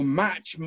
match